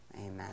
amen